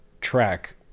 track